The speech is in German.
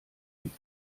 liegt